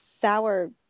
sour